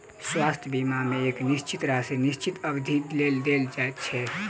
स्वास्थ्य बीमा मे एक निश्चित राशि निश्चित अवधिक लेल देल जाइत छै